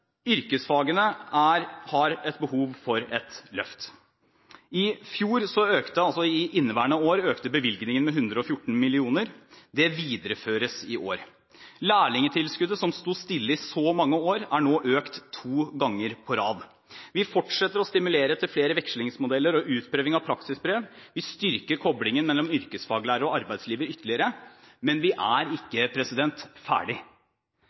Yrkesfagene har behov for et løft. For inneværende år økte bevilgningen med 114 mill. kr. Det videreføres i år. Lærlingtilskuddet, som sto stille i så mange år, er nå økt to ganger på rad. Vi fortsetter å stimulere til flere vekslingsmodeller og utprøving av praksisbrev, vi styrker koblingen mellom yrkesfaglærere og arbeidslivet ytterligere, men vi er ikke ferdig!